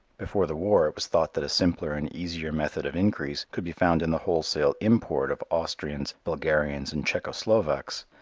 before the war it was thought that a simpler and easier method of increase could be found in the wholesale import of austrians, bulgarians and czecho-slovaks.